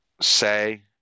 say